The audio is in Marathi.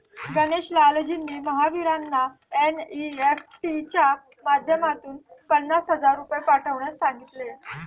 गणेश लालजींनी महावीरांना एन.ई.एफ.टी च्या माध्यमातून पन्नास हजार रुपये पाठवण्यास सांगितले